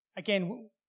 Again